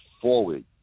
forward